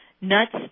nuts